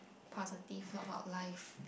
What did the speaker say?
positive about life